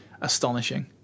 astonishing